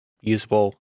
usable